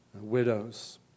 widows